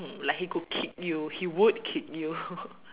mm like he could kick you he would kick you